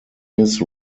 eyes